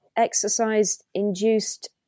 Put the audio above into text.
exercise-induced